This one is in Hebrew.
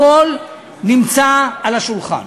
הכול נמצא על השולחן.